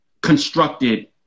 constructed